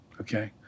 Okay